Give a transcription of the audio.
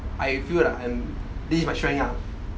I feel lah I'm this is my strength lah